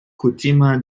kutima